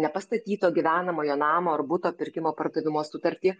nepastatyto gyvenamojo namo ar buto pirkimo pardavimo sutartį